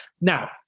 Now